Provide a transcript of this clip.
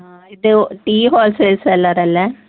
ആ ഇത് tea wholesale seller അല്ലേ